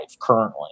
currently